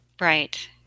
Right